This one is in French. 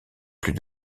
plus